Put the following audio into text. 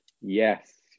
Yes